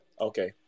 okay